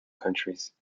countries